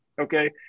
okay